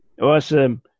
Awesome